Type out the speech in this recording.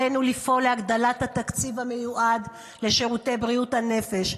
עלינו לפעול להגדלת התקציב המיועד לשירותי בריאות הנפש,